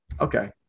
Okay